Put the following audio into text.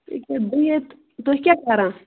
یہِ کیٛاہ بِہِتھ تُہۍ کیٛاہ کَران